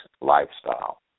lifestyle